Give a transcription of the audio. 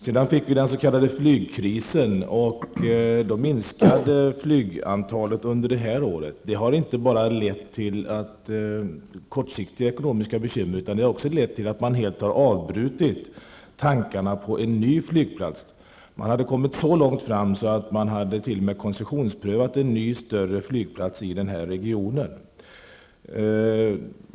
Sedan kom den s.k. flygkrisen. Då minskade antalet flygande under det här året. Detta har inte bara lett till kortsiktiga ekonomiska bekymmer, utan det har också lett till att tankarna på en ny flygplats har helt avbrutits. Man har t.o.m. låtit göra en koncessionsprövning av en ny större flygplats i regionen.